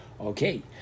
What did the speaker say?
Okay